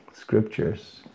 scriptures